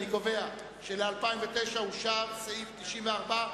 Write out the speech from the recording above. אני קובע של-2009 אושר סעיף 94,